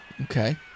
Okay